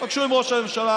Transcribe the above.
תיפגשו עם ראש הממשלה,